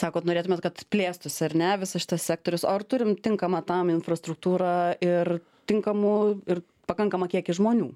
sakot norėtumėt kad plėstųsi ar ne visas šitas sektorius o ar turim tinkamą tam infrastruktūrą ir tinkamų ir pakankamą kiekį žmonių